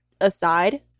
aside